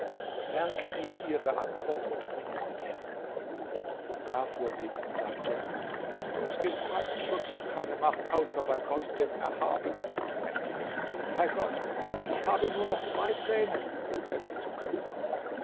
merke dir ihre antwort und bringe sie mir kafur ging und sagte es gibt keinen schutz und keine macht außer bei gott dem erhabenen und mächtigen bei gott ich habe nur noch zwei zähne um essen zu können